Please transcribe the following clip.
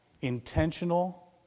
intentional